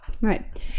Right